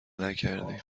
نکردیم